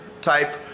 type